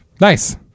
Nice